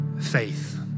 faith